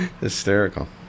Hysterical